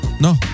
No